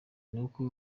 nuko